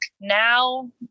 Now